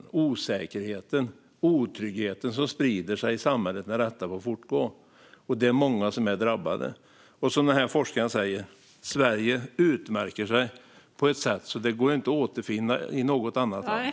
Det är den osäkerhet och den otrygghet som sprider sig när detta får fortgå, och det är många som är drabbade. Forskarna säger att Sverige utmärker sig på ett sådant sätt att det inte går att återfinna i något annat land.